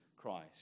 Christ